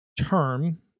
term